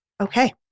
okay